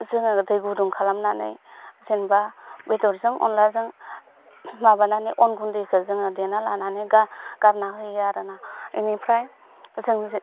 जोङो दै गुदुं खालामनानै जेनेबा बेदरजों अनलाजों माबानानै अन गुन्दैखौ जोङो देना लानानै गा गारना होयो आरो ना बेनिफ्राय जों जो